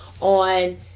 on